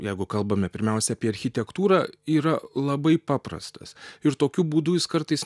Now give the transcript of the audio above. jeigu kalbame pirmiausia apie architektūrą yra labai paprastas ir tokiu būdu jis kartais